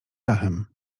dachem